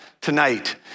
tonight